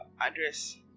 address